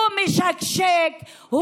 הוא משקשק,